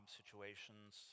situations